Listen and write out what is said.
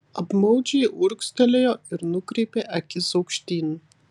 apmaudžiai urgztelėjo ir nukreipė akis aukštyn